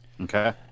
Okay